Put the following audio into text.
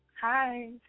Hi